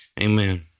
Amen